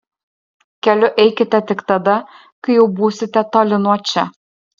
keliu eikite tik tada kai jau būsite toli nuo čia